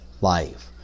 life